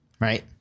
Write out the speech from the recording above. Right